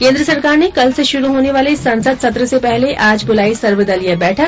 केन्द्र सरकार ने कल से शुरू होने वाले संसद सत्र से पहले आज बुलाई सर्वदलीय बैठक